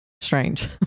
strange